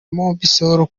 mobisol